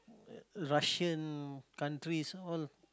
Russian countries all